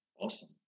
Awesome